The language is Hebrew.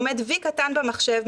עומד v קטן במחשב,